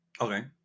Okay